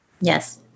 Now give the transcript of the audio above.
Yes